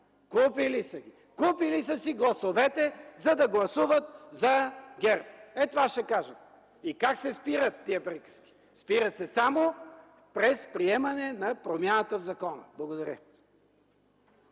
Купили са си гласовете, за да гласуват за ГЕРБ. Това ще кажат. И как се спират тия приказки? Спират се само през приемане на промяната в закона. Благодаря.